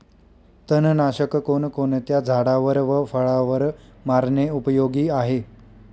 तणनाशक कोणकोणत्या झाडावर व फळावर मारणे उपयोगी आहे?